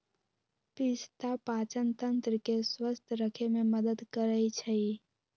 पिस्ता पाचनतंत्र के स्वस्थ रखे में मदद करई छई